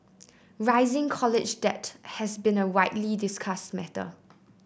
rising college debt has been a widely discussed matter